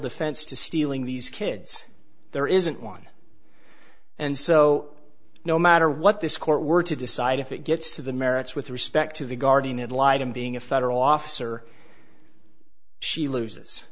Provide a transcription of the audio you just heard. defense to stealing these kids there isn't one and so no matter what this court were to decide if it gets to the merits with respect to the guardian ad litum being a federal officer she lose